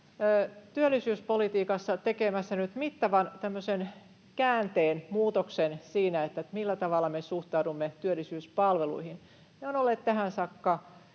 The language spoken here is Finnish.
työllisyyspolitiikassa tekemässä nyt mittavan käänteen, muutoksen siinä, millä tavalla me suhtaudumme työllisyyspalveluihin. Ne ovat olleet tähän saakka